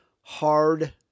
Hard